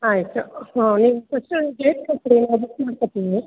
ಆಯಿತು ನೀವು first date ಕೊಟ್ಟುಬಿಡಿ ನಾವು ಬುಕ್ ಮಾಡ್ಕೊತೀವಿ